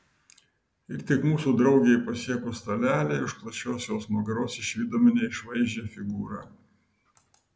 ir tik mūsų draugei pasiekus stalelį už plačios jos nugaros išvydome neišvaizdžią figūrą